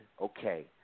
okay